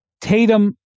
Tatum